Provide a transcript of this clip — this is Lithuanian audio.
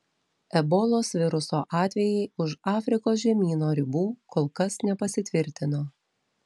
ebolos viruso atvejai už afrikos žemyno ribų kol kas nepasitvirtino